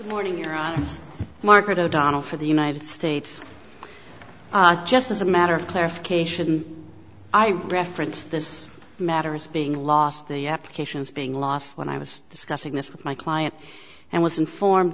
morning you're on market o'donnell for the united states just as a matter of clarification i reference this matter is being lost the applications being lost when i was discussing this with my client and was informed